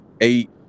eight